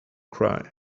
cry